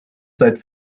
seit